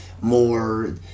More